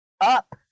up